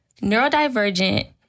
neurodivergent